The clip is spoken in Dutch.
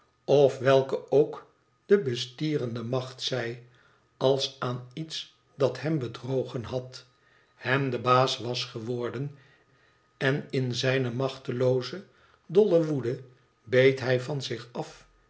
of welke ook de bestierende macht zij als aan iets dat hem bedrogen had hem de baas was geworden en in zijne machtelooze dolle woede beet hij van zich af